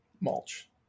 mulch